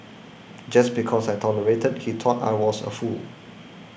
just because I tolerated he thought I was a fool